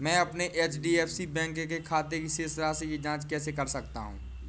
मैं अपने एच.डी.एफ.सी बैंक के खाते की शेष राशि की जाँच कैसे कर सकता हूँ?